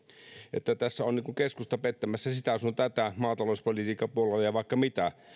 että tässä on niin kuin keskusta pettämässä sitä sun tätä maatalouspolitiikan puolella ja vaikka mitä